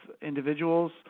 individuals